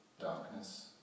Darkness